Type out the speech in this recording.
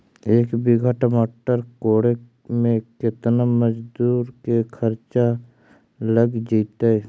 एक बिघा टमाटर कोड़े मे केतना मजुर के खर्चा लग जितै?